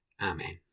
Amen